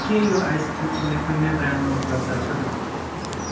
के यो आइसक्रिम कुनै अन्य ब्रान्डमा उपलब्ध छन्